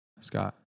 Scott